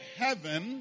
heaven